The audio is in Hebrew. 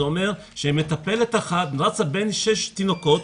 זה אומר שמטפלת אחת רצה בין שש תינוקות,